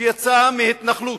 שיצא מהתנחלות,